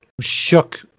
shook